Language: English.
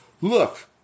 look